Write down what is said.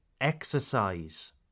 exercise